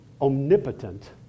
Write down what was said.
omnipotent